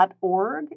org